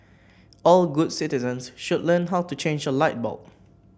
all good citizens should learn how to change a light bulb